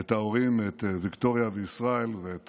את ההורים, את ויקטוריה וישראל ואת